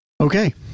Okay